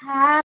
হ্যাঁ